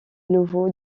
nouveau